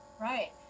Right